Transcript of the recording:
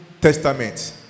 testament